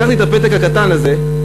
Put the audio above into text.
לקחתי את הפתק הקטן הזה,